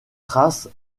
thrace